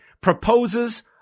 proposes